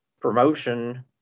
promotion